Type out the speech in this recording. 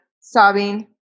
sobbing